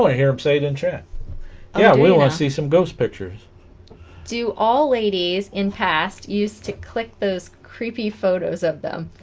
ah hear him say it in chat yeah we want to see some ghost pictures do all ladies in past used to click those creepy photos of them